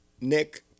Nick